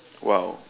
!wow!